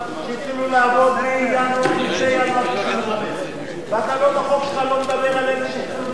ובחוק שלך אתה לא מדבר על אלה שהתחילו לעבוד מינואר 1995. זה לא משנה.